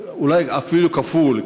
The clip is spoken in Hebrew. אולי אפילו כפול.